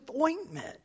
ointment